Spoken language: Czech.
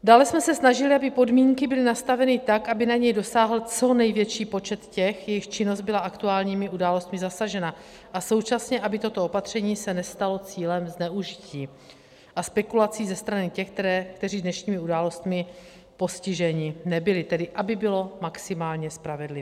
Dále jsme se snažili, aby podmínky byly nastaveny tak, aby na ně dosáhl co největší počet těch, jejichž činnost byla aktuálními událostmi zasažena, a současně aby toto opatření se nestalo cílem zneužití a spekulací ze strany těch, kteří dnešními událostmi postiženi nebyli, tedy aby bylo maximálně spravedlivé.